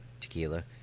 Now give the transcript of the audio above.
tequila